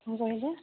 କ'ଣ କହିଲେ